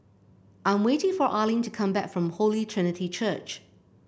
I'm waiting for Arlen to come back from Holy Trinity Church